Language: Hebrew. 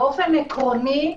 באופן עקרוני,